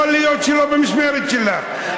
יכול להיות שלא במשמרת שלך,